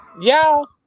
Y'all